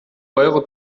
euro